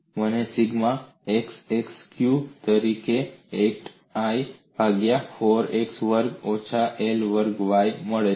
અને મને sigma xx q તરીકે 8I ભાગ્યા 4x વર્ગ ઓછા L વર્ગ Y માં મળે છે